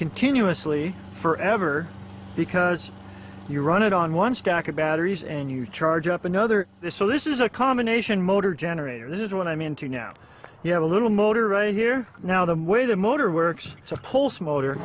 continuously forever because you run it on one stack of batteries and you charge up another so this is a combination motor generator this is what i mean to now you have a little motor or a here now the way the motor works so pulls motor